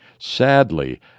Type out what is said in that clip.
Sadly